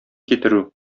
китерү